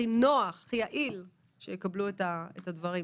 הכי נוח והכי יעיל שהם יקבלו את הדברים.